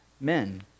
men